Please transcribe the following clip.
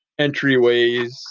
entryways